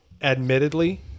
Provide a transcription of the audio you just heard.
admittedly